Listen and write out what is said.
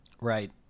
Right